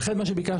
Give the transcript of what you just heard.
לכן מה שביקשנו,